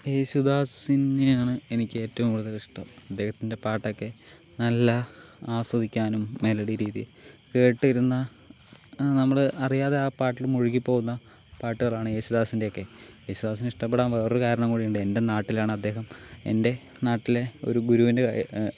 യേശുദാസിനെയാണ് എനിക്ക് ഏറ്റവും കൂടുതൽ ഇഷ്ടം അദ്ദേഹത്തിൻ്റെ പാട്ടൊക്കെ നല്ല ആസ്വദിക്കാനും മെലഡി രീതി കേട്ടിരുന്നാൽ നമ്മൾ അറിയാതെ ആ പാട്ടില് മുഴുകിപ്പോകുന്ന പാട്ടുകളാണ് യേശുദാസിൻ്റെയൊക്കെ യേശുദാസിനെ ഇഷ്ടപ്പെടാൻ വേറൊരു കാരണം കൂടി ഉണ്ട് എൻ്റെ നാട്ടിലാണദ്ദേഹം എൻ്റെ നാട്ടിലെ ഒരു ഗുരുവിൻ്റെ